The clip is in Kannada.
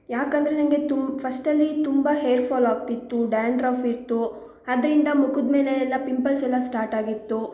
ಯಾಕೆಂದ್ರೆ ನನಗೆ ತುಂ ಫಶ್ಟಲ್ಲಿ ತುಂಬ ಹೇರ್ ಫಾಲ್ ಆಗ್ತಿತ್ತು ಡ್ಯಾಂಡ್ರಫ್ ಇತ್ತು ಅದರಿಂದ ಮುಖದ ಮೇಲೆ ಎಲ್ಲ ಪಿಂಪಲ್ಸೆಲ್ಲ ಸ್ಟಾರ್ಟಾಗಿತ್ತು